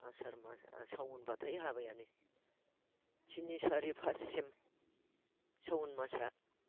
आसार मासाव सावनब्लाथाय हाबायानो तिनि सारि फाससिम सावन मासआ